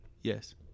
Yes